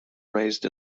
raised